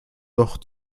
doch